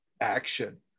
action